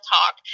Talk